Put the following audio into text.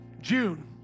June